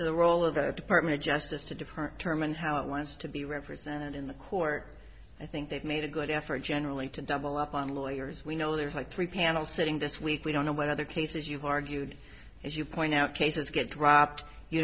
it's the role of a department of justice to different term and how it wants to be represented in the court i think they've made a good effort generally to double up on lawyers we know there's like three panel sitting this week we don't know what other cases you've argued as you point out cases get dropped you